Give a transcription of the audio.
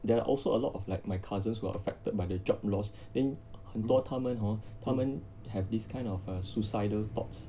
there are also a lot of like my cousins were affected by the job loss then 很多他们 hor 他们 have this kind of uh suicidal thoughts